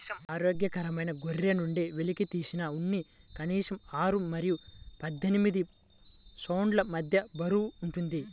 ఆరోగ్యకరమైన గొర్రె నుండి వెలికితీసిన ఉన్ని కనీసం ఆరు మరియు పద్దెనిమిది పౌండ్ల మధ్య బరువు ఉంటుంది